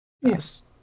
Yes